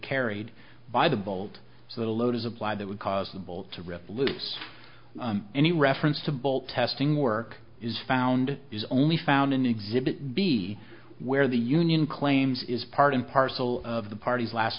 carried by the bolt so the load is applied that would cause the bolt to rip loose any reference to bolt testing work is found is only found in exhibit b where the union claims is part and parcel of the parties last